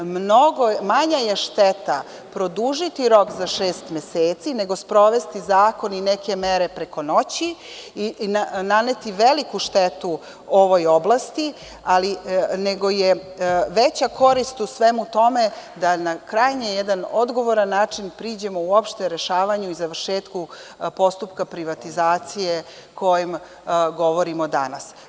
Manja je šteta produžiti rok za šest meseci, nego sprovesti zakon i neke mere preko noći i naneti veliku štetu ovoj oblasti, nego je veća korist u svemu tome da na krajnje jedan odgovoran način priđemo uopšte završavanju i završetku postupka privatizacije o kojoj govorimo danas.